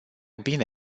bine